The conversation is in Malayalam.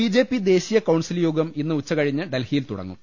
ബിജെപി ദേശീയ കൌൺസിൽ യോഗം ഇന്ന് ഉച്ചകഴിഞ്ഞ് ഡൽഹിയിൽ തുടങ്ങും